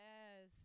Yes